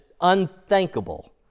unthinkable